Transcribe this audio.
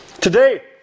Today